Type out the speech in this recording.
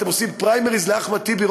אתם עושים פריימריז לאחמד טיבי,